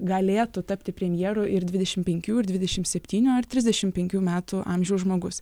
galėtų tapti premjeru ir dvidešim penkių ir dvidešim septynių ar trisdešim penkių metų amžiaus žmogus